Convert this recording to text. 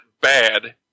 bad